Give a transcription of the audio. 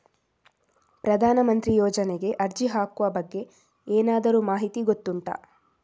ಪ್ರಧಾನ ಮಂತ್ರಿ ಯೋಜನೆಗೆ ಅರ್ಜಿ ಹಾಕುವ ಬಗ್ಗೆ ಏನಾದರೂ ಮಾಹಿತಿ ಗೊತ್ತುಂಟ?